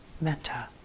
metta